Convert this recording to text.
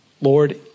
Lord